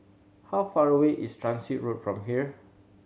how far away is Transit Road from here